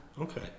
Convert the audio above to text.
Okay